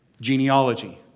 Genealogy